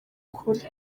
kure